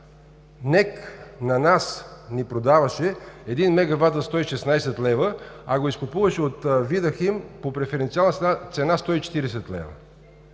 НЕК на нас ни продаваше 1 мегават за 116 лв., а го изкупуваше от „Видахим“ по преференциална цена 140 лв.